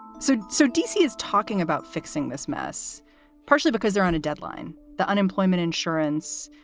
so. so d c. is talking about fixing this mess partially because they're on a deadline. the unemployment insurance,